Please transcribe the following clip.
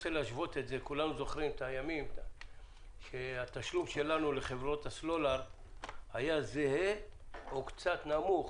כולנו זוכרים את הימים שהתשלום שלנו לחברות הסלולר היה זהה או קצת נמוך